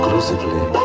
exclusively